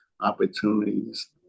opportunities